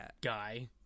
guy